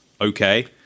Okay